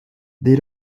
they